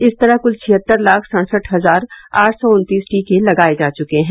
इस तरह कुल छिहत्तर लाख सड़सठ हजार आठ सौ उन्तीस टीके लगाए जा चुके हैं